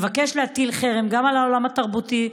מבקש להטיל חרם גם על העולם התרבותי,